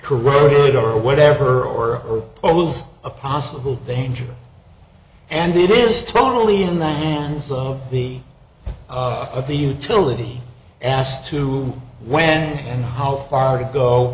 corroded or whatever or pose a possible danger and it is totally in the hands of the of the utility asked to when and how far to go